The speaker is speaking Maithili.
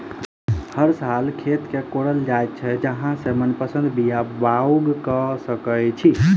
हर सॅ खेत के कोड़ल जाइत छै जाहि सॅ मनपसंद बीया बाउग क सकैत छी